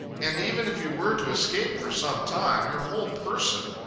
and even if you were to escape for some time, your whole person,